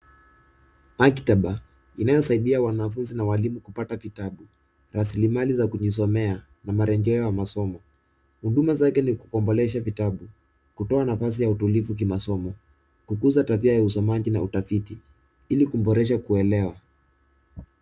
Maktaba. Inayosaidia wanafunzi na walimu kupata kitabu, rasilimali za kujisomea na marejeo ya masomo. Huduma zake ni kukombolesha vitabu, kutoa nafasi ya utulivu wa kimasomo, kukuza tabia ya usomaji na utafiti ili kuboresha kuelewa.